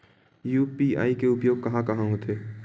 UPI के उपयोग कहां कहा होथे?